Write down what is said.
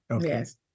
yes